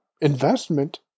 investment